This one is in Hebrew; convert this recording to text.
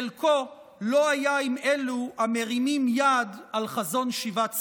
חלקו לא היה עם אלו המרימים יד על חזון שיבת ציון.